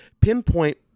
pinpoint